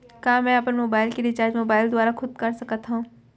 का मैं अपन मोबाइल के रिचार्ज मोबाइल दुवारा खुद कर सकत हव?